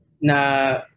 na